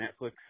Netflix